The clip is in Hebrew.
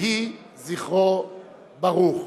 יהי זכרו ברוך.